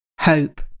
hope